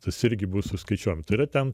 tas irgi bus suskaičiuojame tai yra ten